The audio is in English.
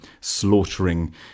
slaughtering